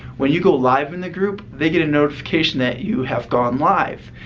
when you go live in the group, they get a notification that you have gone live.